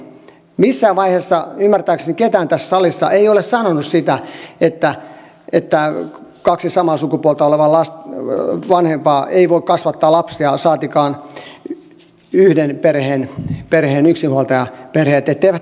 missään vaiheessa ymmärtääkseni kukaan tässä salissa ei ole sanonut sitä että kaksi samaa sukupuolta olevaa vanhempaa ei voi kasvattaa lapsia saatikka että yhden perheen yksinhuoltajaperheet eivät onnistuisi lapsen kasvatuksessa